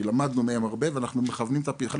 כי למדנו מהם הרבה ואנחנו מכוונים חלק